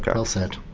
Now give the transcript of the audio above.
but well said.